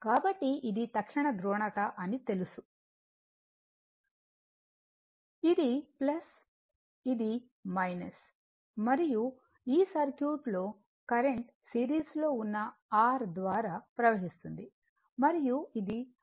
కాబట్టి ఇది తక్షణ ధ్రువణత అని తెలుసు ఇది ఇది మరియు ఈ సర్క్యూట్ లో కరెంట్ సిరీస్ లో ఉన్న R ద్వారా ప్రవహిస్తుంది మరియు ఇది అనువర్తిత వోల్టేజ్ V